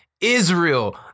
Israel